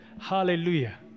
Hallelujah